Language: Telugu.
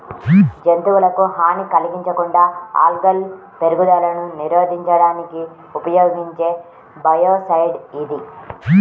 జంతువులకు హాని కలిగించకుండా ఆల్గల్ పెరుగుదలను నిరోధించడానికి ఉపయోగించే బయోసైడ్ ఇది